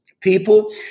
people